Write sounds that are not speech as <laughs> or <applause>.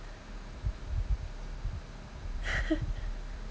<laughs>